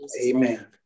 Amen